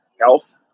health